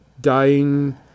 dying